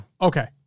Okay